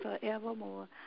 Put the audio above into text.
forevermore